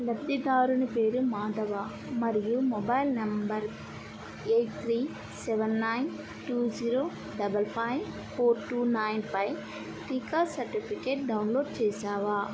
లబ్ధిదారుని పేరు మాధవ మరియు mobile number eight three seven nine two zero double five four two నైన్పై టీకా సర్టిఫికేట్ డౌన్లోడ్ చేసావా